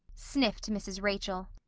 sniffed mrs. rachel.